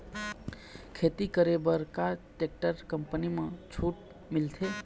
खेती करे बर का टेक्टर कंपनी म छूट मिलथे?